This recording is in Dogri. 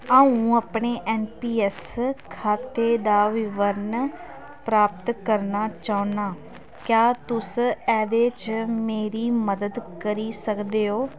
आ'ऊं अपने एन पी एस खाते दा विवरण प्राप्त करना चाह्न्नां क्या तुस एह्दे च मेरी मदद करी सकदे ओ